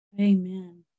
Amen